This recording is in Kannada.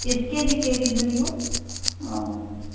ಎಷ್ಟು ಕೆಜಿ ಕೇಳಿದ್ದು ನೀವು